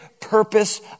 purpose